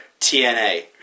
TNA